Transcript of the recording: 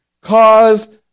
Cause